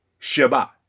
Shabbat